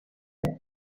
ise